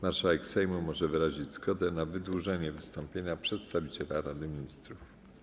Marszałek Sejmu może wyrazić zgodę na wydłużenie wystąpienia przedstawiciela Rady Ministrów.